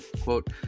Quote